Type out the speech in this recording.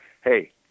hey